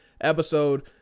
episode